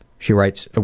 she writes, ah